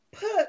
put